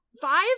Five